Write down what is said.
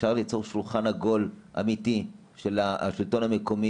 אפשר ליצור שולחן עגול אמיתי, של השלטון המקומי.